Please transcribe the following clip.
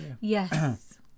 Yes